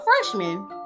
freshman